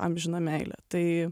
amžina meile tai